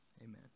Amen